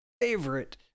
favorite